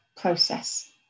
process